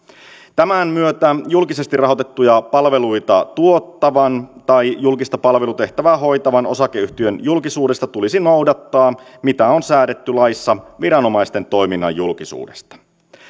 tämän myötä julkisesti rahoitettuja palveluita tuottavan tai julkista palvelutehtävää hoitavan osakeyhtiön julkisuudessa tulisi noudattaa mitä on säädetty laissa viranomaisten toiminnan julkisuudesta